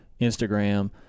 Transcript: instagram